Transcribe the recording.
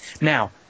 Now